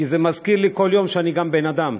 כי זה מזכיר לי כל יום שאני גם בן אדם,